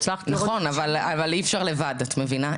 נכון, אבל אי אפשר לבד, את מבינה?